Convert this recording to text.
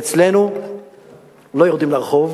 אצלנו לא יורדים לרחוב.